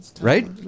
Right